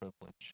privilege